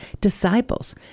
disciples